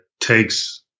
takes